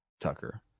Tucker